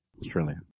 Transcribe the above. Australia